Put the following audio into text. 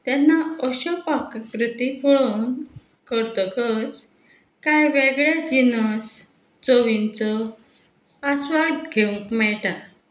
तेन्ना अश्यो पाककृती पळोवन करतकच कांय वेगळे जिनस चवींचो आस्वाद घेवंक मेळटा